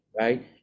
right